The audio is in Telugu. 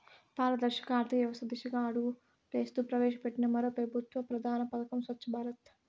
పారదర్శక ఆర్థికవ్యవస్త దిశగా అడుగులేస్తూ ప్రవేశపెట్టిన మరో పెబుత్వ ప్రధాన పదకం స్వచ్ఛ భారత్